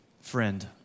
friend